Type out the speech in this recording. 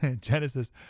Genesis